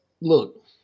Look